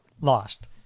lost